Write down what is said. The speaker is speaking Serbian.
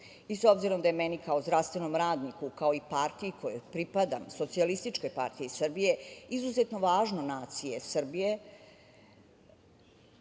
obzirom da je meni kao zdravstvenom radniku, kao i partiji kojoj pripadam, Socijalističkoj partiji Srbije, izuzetno važna nacija Srbije,